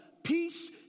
Peace